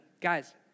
Guys